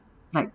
like